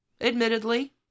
admittedly